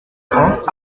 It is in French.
trente